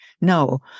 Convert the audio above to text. No